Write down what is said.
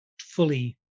fully